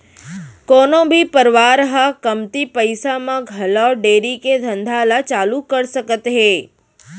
कोनो भी परवार ह कमती पइसा म घलौ डेयरी के धंधा ल चालू कर सकत हे